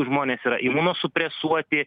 žmonės yra imuno supresuoti